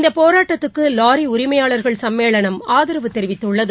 இந்த போராட்டத்துக்கு வாரி உரிமையாளர்கள் சம்மேளனம் ஆதரவு தெரிவித்துள்ளது